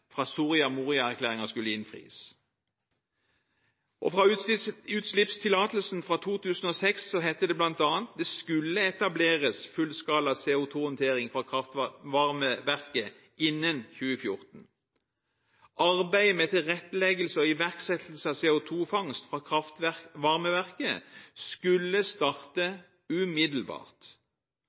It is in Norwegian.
fra Soria Moria-erklæringen skulle innfris. I utslippstillatelsen fra 2006 heter det bl.a. i punkt 2: «Det skal etableres fullskala CO2-håndtering fra kraftvarmeverket innen 2014.» Og videre står det i punkt 3: «Arbeidet med tilretteleggelse og iverksettelse av CO2-fangst fra kraftvarmeverket skal starte umiddelbart